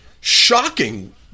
Shocking